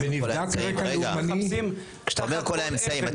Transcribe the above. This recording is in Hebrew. נבדק רקע לאומני --- כשאתה אומר כל האמצעים,